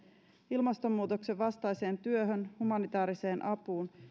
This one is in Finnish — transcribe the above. ilmastonmuutoksen vastaiseen työhön humanitaariseen apuun